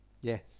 Yes